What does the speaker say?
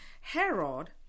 Herod